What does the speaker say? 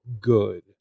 good